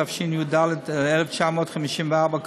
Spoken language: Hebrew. התשי"ד 1954,